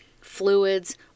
fluids